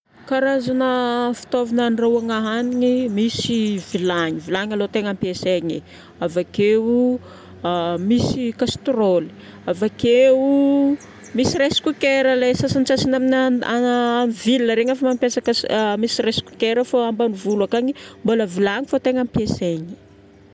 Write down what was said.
Karazagna fitaovagna andrahoagna hanigny, misy vilagny. Vilagny aloha tegna ampiasaigna e. Avakeo misy kastrôl. Avakeo misy rice cooker, ilay sasantsasany amina- agny amin'ny ville, regny efa mampiasa kas- a misy rice cooker fô ambanivolo akagny, mbola vilagny fô tegna ampiasaigna.